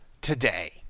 today